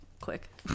Quick